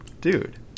Dude